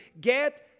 get